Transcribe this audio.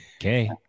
Okay